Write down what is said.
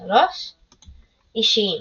2023 אישיים